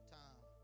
time